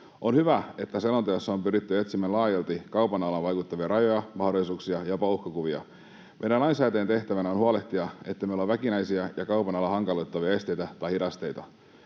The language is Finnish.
On hyvä, että selonteossa on pyritty etsimään laajalti kaupan alaan vaikuttavia rajoja, mahdollisuuksia ja jopa uhkakuvia. Meidän lainsäätäjien tehtävänä on huolehtia, ettei meillä ole väkinäisiä ja kaupan alaa hankaloittavia esteitä tai hidasteita.